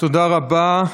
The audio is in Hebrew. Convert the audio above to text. תודה רבה.